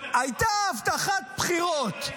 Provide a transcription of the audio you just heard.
הייתה הבטחת בחירות,